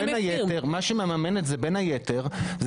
בין היתר,